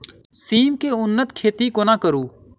सिम केँ उन्नत खेती कोना करू?